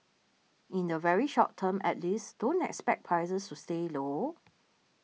in the very short term at least don't expect prices to stay low